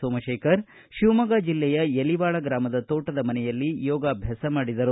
ಸೋಮಶೇಖರ್ ಶಿವಮೊಗ್ಗ ಜಿಲ್ಲೆಯ ಯಲಿವಾಳ ಗ್ರಾಮದ ತೋಟದ ಮನೆಯಲ್ಲಿ ಯೋಗಭ್ಯಾಸ ಮಾಡಿದರು